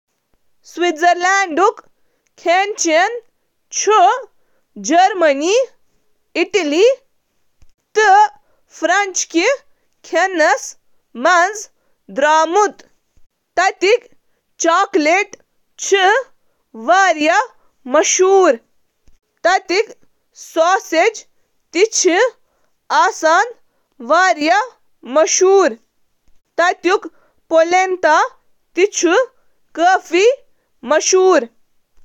Swiss کھین چُھ پننہٕ دلی، پنیر مرکوز پکن، خاص طور پٲنٹھ پنیر فونڈیو، ریکٹ، تہٕ روستی خاطرٕ زاننہٕ یوان، یم سٲری چھ مختلف قسمن ہنٛد مقامی طور پٲنٹھ تیار کرنہٕ آمت پنیر سۭتۍ بناونہٕ یوان، یتھ کٔنۍ آلو، روٹی، تہٕ مازک وسیع انتخابس سۭتۍ۔ یہِ مُلُک چھُ عالمی سطحَس پٮ۪ٹھ پننہِ اعلیٰ معیارٕچ چاکلیٹ باپتھ تہِ مشہوٗر۔